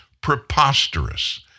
preposterous